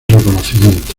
reconocimiento